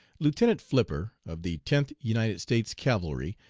lieutenant flipper, of the tenth united states cavalry,